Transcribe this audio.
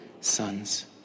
sons